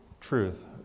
truth